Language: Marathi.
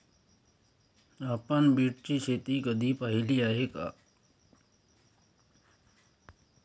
आपण बीटची शेती कधी पाहिली आहे का?